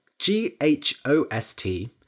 g-h-o-s-t